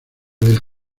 del